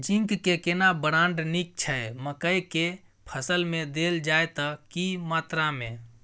Zinc के केना brand नीक छैय मकई के फसल में देल जाए त की मात्रा में?